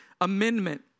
amendment